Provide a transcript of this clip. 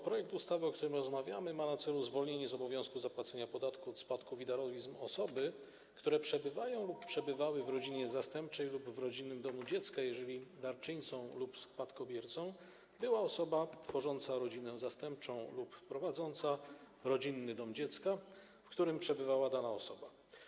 Projekt ustawy, o którym rozmawiamy, ma na celu zwolnienie z obowiązku zapłacenia podatku od spadków i darowizn osób, które przebywają lub przebywały w rodzinie zastępczej lub rodzinnym domu dziecka, jeżeli darczyńcą lub spadkobiercą była osoba tworząca rodzinę zastępczą lub prowadząca rodzinny dom dziecka, w którym przebywała dana osoba.